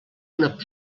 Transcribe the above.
una